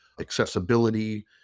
accessibility